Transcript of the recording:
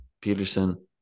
Peterson